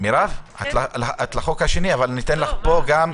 את לחוק השני, אבל ניתן גם פה לברך.